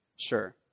sure